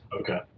Okay